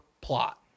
plot